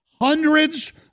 hundreds